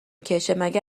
کشهمگه